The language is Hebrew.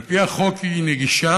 על פי החוק היא נגישה,